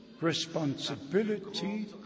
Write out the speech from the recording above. responsibility